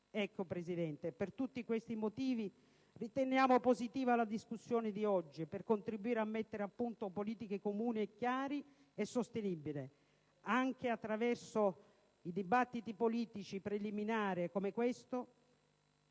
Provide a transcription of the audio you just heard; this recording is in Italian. Signora Presidente, per tutti questi motivi riteniamo positiva la discussione odierna volta a cercare di mettere a punto politiche comuni chiare e sostenibili. Anche attraverso dibattiti politici preliminari, come quello